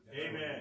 Amen